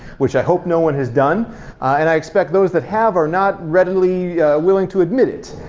which i hope no one has done and i expect those that have are not readily willing to admit it.